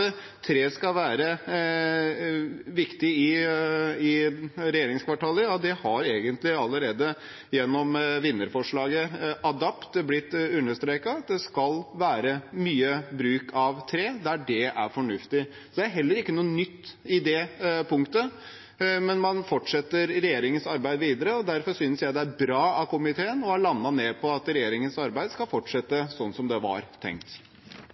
det skal være mye bruk av tre der det er fornuftig. Så det er heller ikke noe nytt i det punktet, man fortsetter regjeringens arbeid videre. Derfor synes jeg det er bra at komiteen har landet på at regjeringens arbeid skal fortsette sånn som det var tenkt.